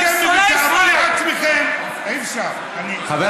אתם שונאי ישראל, תארו לעצמכם, אי-אפשר, חברים.